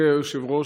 אדוני היושב-ראש,